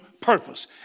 purpose